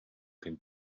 can